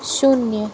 शून्य